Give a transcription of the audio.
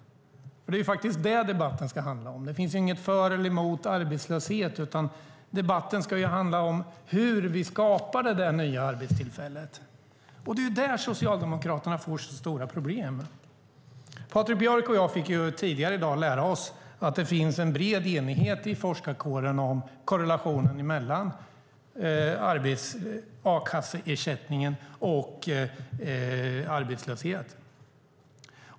Det är faktiskt det debatten ska handla om. Det finns inget för eller emot arbetslöshet, utan debatten ska handla om hur vi skapar det nya arbetstillfället. Det är där Socialdemokraterna får sitt stora problem. Patrik Björck och jag fick tidigare i dag lära oss att det finns en bred enighet i forskarkåren om korrelationen mellan a-kasseersättningen och arbetslösheten.